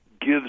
gives